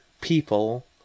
people